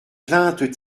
plaintes